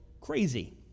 crazy